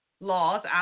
laws